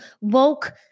woke